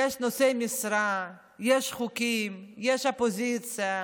יש נושאי משרה, יש חוקים, יש אופוזיציה.